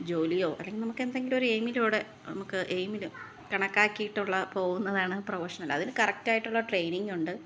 ജോലിയോ അല്ലെങ്കിൽ നമുക്ക് എന്തെങ്കിലും ഒരു എയിമിലൂടെ നമുക്ക് എയിമിൽ കണക്കാക്കിയിട്ടുള്ള പോകുന്നതാണ് പ്രൊഫഷണല് അതൊരു കറക്റ്റായിട്ടുള്ള ട്രെയിനിംഗ് ഉണ്ട്